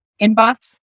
inbox